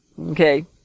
Okay